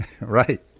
Right